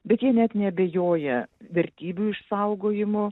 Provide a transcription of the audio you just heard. bet jie net neabejoja vertybių išsaugojimu